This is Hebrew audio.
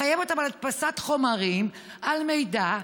לחייב אותם על הדפסת חומרים של מידע,